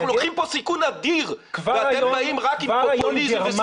אנחנו לוקחים כאן סיכון אדיר ואתם באים רק עם פופוליזם.